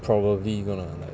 probably we going to like